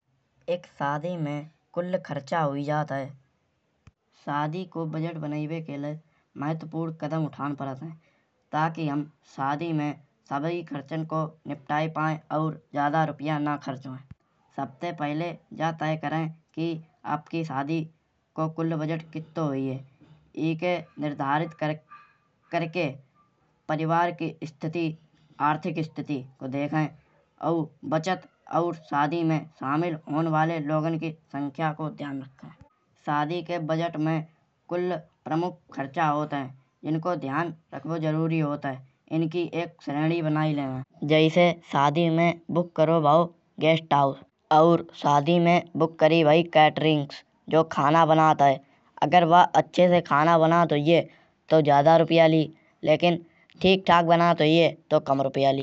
एक शादी में कुल खर्चा हुई जात है। शादी को बजट बनाए के लाये महत्वपूर्ण कदम उठान परत है। ताकि हम शादी में सभी खर्चन को निपटाई पाए। और ज्यादा रुपया न खर्च होये। सबते पहिले या तै कराये कि आपकी शादी को कुल बजट कित्तो हुईये। एके निर्धारित करिके परिवार की स्थिति आर्थिक स्थिति को देखाये। और बचत और शादी में शामिल होन वाले लोगन की संख्या को ध्यान में रखाये। शादी के बजट में कुल प्रमुख खर्चा होत है। इनको ध्यान रखिवो जरूरी होत है। इनकी एक श्रेणी बनाई ले। जैसे शादी में बुक करो भाव गेस्ट हाउस और शादी में बुक करी भाई कैटरिंग्स जो खाना बनात है। अगर वा अच्छे ते खाना बनात हुईये तौ वा ज्यादा रुपया ली लेकिन ठीक ठाक बनात हुईये। तौ कम रुपया ली।